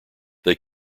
they